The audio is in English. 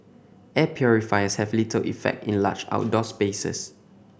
air purifiers have little effect in large outdoor spaces